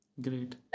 Great